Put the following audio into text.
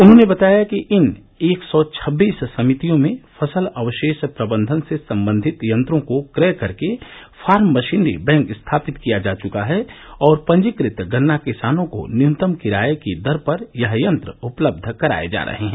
उन्होंने बताया कि इन एक सौ छब्बीस समितियों में फसल अवशेष प्रबंधन से सम्बन्धित यंत्रों को क्रय कर के फार्म मशीनरी बैंक स्थापित किया जा चुका है और पंजीकृत गन्ना किसानों को न्यूनतम किराये की दर पर यह यंत्र उपलब्ध कराये जा रहे हैं